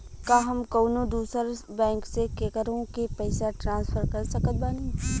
का हम कउनों दूसर बैंक से केकरों के पइसा ट्रांसफर कर सकत बानी?